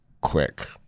quick